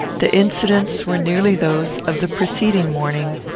the incidents were nearly those of the preceding morning,